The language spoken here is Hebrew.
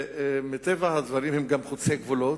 הם גם חוצי גבולות,